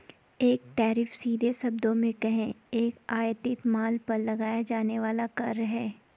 एक टैरिफ, सीधे शब्दों में कहें, एक आयातित माल पर लगाया जाने वाला कर है